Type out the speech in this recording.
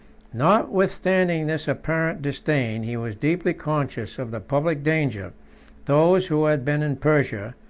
notwithstanding this apparent disdain, he was deeply conscious of the public danger those who had been in persia,